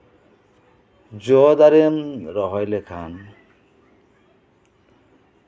ᱡᱚ ᱫᱟᱨᱮᱢ ᱨᱚᱦᱚᱭ ᱞᱮᱠᱷᱟᱱ